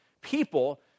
people